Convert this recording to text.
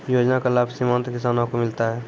योजना का लाभ सीमांत किसानों को मिलता हैं?